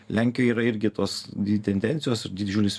lenkijoj ir irgi tos dvi tendencijos didžiulis